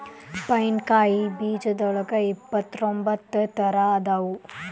pine ಕಾಯಿ ಬೇಜದೋಳಗ ಇಪ್ಪತ್ರೊಂಬತ್ತ ತರಾ ಅದಾವ